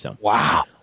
Wow